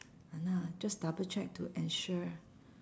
!hanna! just double check to ensure